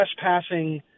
trespassing